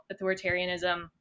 authoritarianism